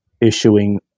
issuing